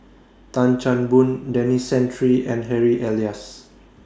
Tan Chan Boon Denis Santry and Harry Elias